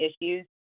issues